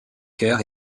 cœur